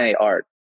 art